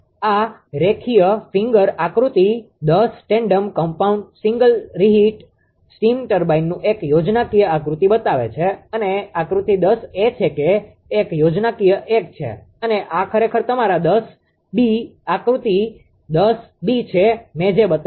આ ફિગરઆકૃતિ 10 tandem compound single reheat steam ટર્બાઇનનું એક યોજનાકીય આકૃતિ બતાવે છે અને આકૃતિ 10 એ છે જે એક યોજનાકીય 1 છે અને આ ખરેખર તમારા આકૃતિ 10 બી આકૃતિ 10 બી છે મેં જે બતાવ્યું